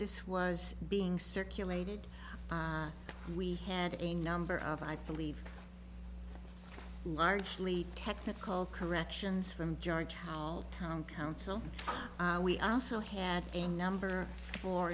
this was being circulated we had a number of i believe largely technical corrections from george how town council we are also had a number for